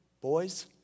Boys